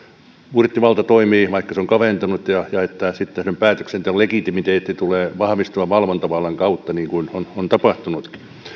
budjettivalta toimii vaikka se on kaventunut ja ja että sitten sen päätöksenteon legitimiteetin tulee vahvistua valvontavallan kautta niin kuin on on tapahtunutkin